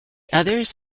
others